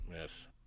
Yes